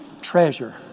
Treasure